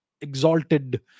exalted